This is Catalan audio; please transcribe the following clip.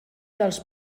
dels